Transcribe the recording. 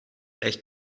echt